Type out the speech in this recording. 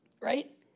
right